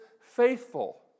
faithful